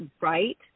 right